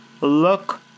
look